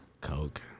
Coke